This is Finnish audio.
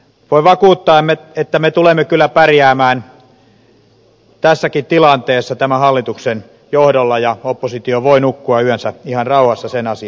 voin vakuuttaa että me tulemme kyllä pärjäämään tässäkin tilanteessa tämän hallituksen johdolla ja oppositio voi nukkua yönsä ihan rauhassa sen asian suhteen